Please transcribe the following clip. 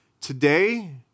today